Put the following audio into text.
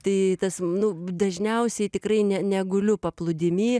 tai tas nu dažniausiai tikrai ne neguliu paplūdimy